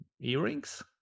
earrings